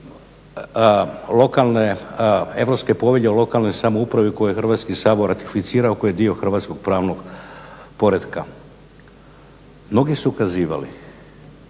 Europske povelje o lokalnoj samoupravi koju je Hrvatski sabor ratificirao koji je dio hrvatskog pravnog poretka. Mnogi su ukazivali